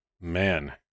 man